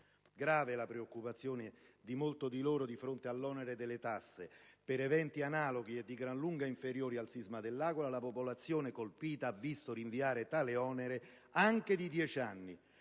Grave è la preoccupazione di molti di loro di fronte all'onere delle tasse. Per eventi analoghi e di gran lunga inferiori al sisma dell'Aquila, la popolazione colpita ha visto rinviare tale onere anche di dieci anni: